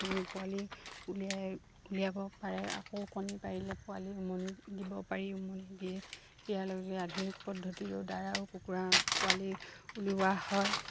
পোৱালি উলিয়াই উলিয়াব পাৰে আকৌ কণী পাৰিলে পোৱালি উমনি দিব পাৰি উমনি দিয়ে দিয়াৰ লগে লগেই আধুনিক পদ্ধতিৰো দ্বাৰাও কুকুৰা পোৱালি উলিওৱা হয়